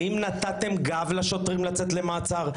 האם נתתם גב לשוטרים לצאת למעצר?